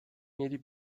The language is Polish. mieli